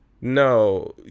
no